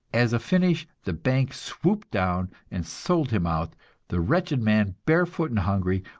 as a finish the bank swooped down and sold him out the wretched man, barefoot and hungry,